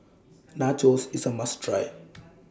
Nachos IS A must Try